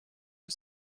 you